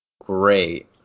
great